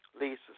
Lisa